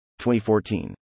2014